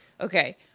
okay